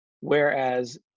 whereas